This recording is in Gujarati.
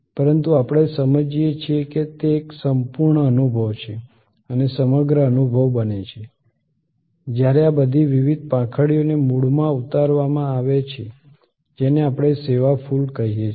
પરંતુ આપણે સમજીએ છીએ કે તે એક સંપૂર્ણ અનુભવ છે અને સમગ્ર અનુભવ બને છે જ્યારે આ બધી વિવિધ પાંખડીઓને મૂળમાં ઉમેરવામાં આવે છે જેને આપણે સેવા ફૂલ કહીએ છીએ